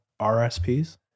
RSPs